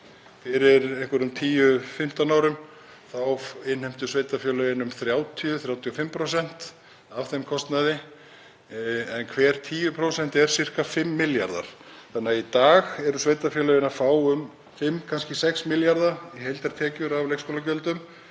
Fyrir 10–15 árum innheimtu sveitarfélögin um 30–35% af þeim kostnaði. Hver 10% eru sirka 5 milljarðar þannig að í dag eru sveitarfélögin að fá um 5–6 milljarða í heildartekjur af leikskólagjöldum.